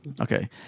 Okay